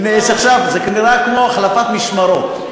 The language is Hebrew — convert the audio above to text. הנה, עכשיו, זה נראה כמו החלפת משמרות.